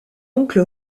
oncle